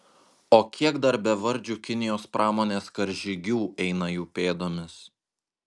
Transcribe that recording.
o kiek dar bevardžių kinijos pramonės karžygių eina jų pėdomis